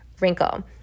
wrinkle